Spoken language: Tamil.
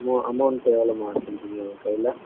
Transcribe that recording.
அ அமௌண்ட் எவ்வளோமா வச்சுருக்குங்கீங்க உங்கள் கையில்